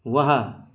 वहाँ